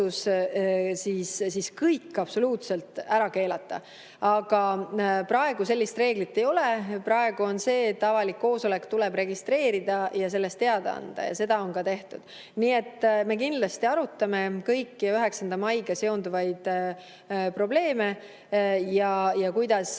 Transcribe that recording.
otsus absoluutselt kõik ära keelata. Aga praegu sellist reeglit ei ole. Praegu on nii, et avalik koosolek tuleb registreerida ja sellest teada anda. Seda on ka tehtud. Nii et me kindlasti arutame kõiki 9. maiga seonduvaid probleeme ja seda,